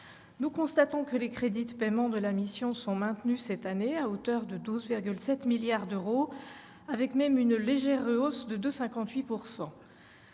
Nous constatons que les crédits de paiement de la mission sont maintenus cette année à hauteur de 12,7 milliards d'euros, avec même une légère hausse de 2,58 %.